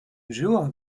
żyła